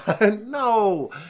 no